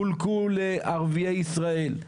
חולקו לערביי ישראל,